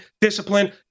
discipline